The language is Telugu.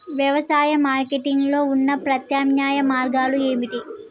వ్యవసాయ మార్కెటింగ్ లో ఉన్న ప్రత్యామ్నాయ మార్గాలు ఏమిటి?